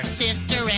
sister